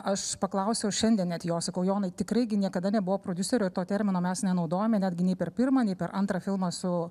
aš paklausiau šiandien net jo sakau jonai tikrai gi niekada nebuvo prodiuserio to termino mes nenaudojome netgi nei per pirmą nei per antrą filmą su